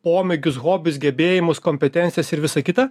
pomėgius hobius gebėjimus kompetencijas ir visa kita